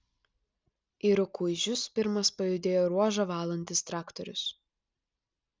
į rukuižius pirmas pajudėjo ruožą valantis traktorius